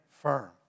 firm